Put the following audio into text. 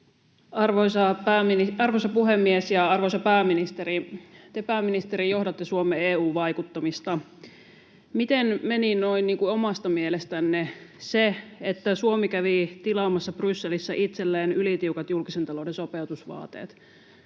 Arvoisa puhemies! Arvoisa pääministeri! Te, pääministeri, johdatte Suomen EU-vaikuttamista. Miten meni noin niin kuin omasta mielestänne se, että Suomi kävi tilaamassa Brysselissä itselleen ylitiukat julkisen talouden sopeutusvaateet?